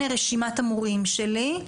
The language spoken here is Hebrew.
הנה רשימת המורים שלי,